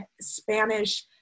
Spanish